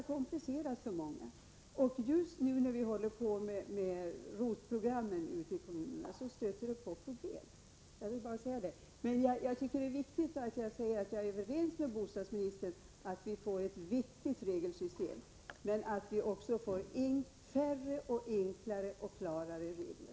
Detta är något för många ganska komplicerat. Just nu, när man håller på med ROT-programmen ute i kommunerna, stöter man på problem. Jag är överens med bostadsministern om — och det är viktigt — att vi måste få ett vettigt regelsystem, men vi måste också få färre, enklare och klarare regler.